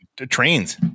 trains